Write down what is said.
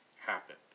happen